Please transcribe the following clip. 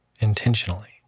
intentionally